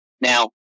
Now